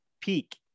peak